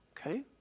okay